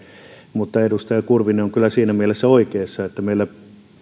mutta edustaja kurvinen on kyllä siinä mielessä oikeassa että